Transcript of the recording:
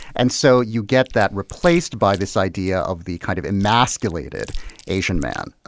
and so you get that replaced by this idea of the kind of emasculated asian man,